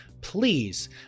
please